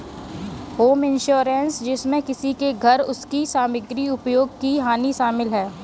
home insurance जिसमें किसी के घर इसकी सामग्री उपयोग की हानि शामिल है